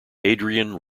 adrian